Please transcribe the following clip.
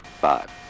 five